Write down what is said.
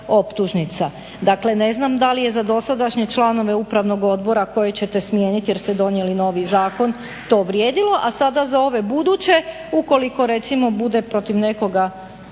Dakle ne znam da li je za dosadašnje članove upravnog odbora koje ćete smijeniti jer ste donijeli novi zakon to vrijedilo, a sada za ove buduće ukoliko recimo bude protiv nekoga